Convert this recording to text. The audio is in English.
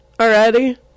already